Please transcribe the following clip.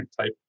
type